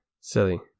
silly